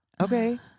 Okay